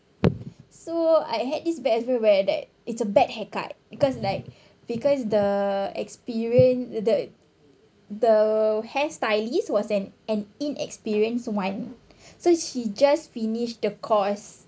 so I had this bad feeling where that it's a bad haircut because like because the experience the the hair stylist was an an inexperienced one so she just finished the course